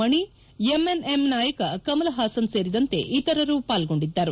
ಮಣಿ MNM ನಾಯಕ ಕಮಲಹಾಸನ್ ಸೇರಿದಂತೆ ಇತರರು ಪಾಲ್ಗೊಂಡಿದ್ದರು